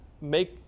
make